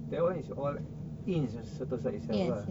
that [one] is all in sen~ sentosa itself lah